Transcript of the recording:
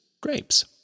grapes